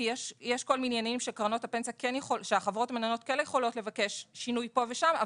כי יש כל מיני עניינים שהחברות המנהלות כן יכולות לבקש שינוי פה ושם,